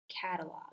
catalog